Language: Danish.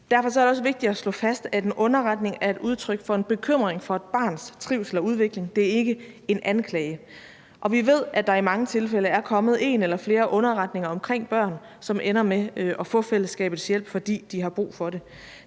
Derfor er det også vigtigt at slå fast, at en underretning er et udtryk for en bekymring for et barns trivsel og udvikling. Det er ikke en anklage. Og vi ved, at der i mange tilfælde er kommet en eller flere underretninger omkring børn, som ender med at få fællesskabets hjælp, fordi de har brug for det.